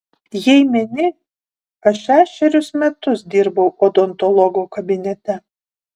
jei meni aš šešerius metus dirbau odontologo kabinete